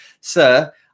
sir